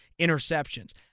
interceptions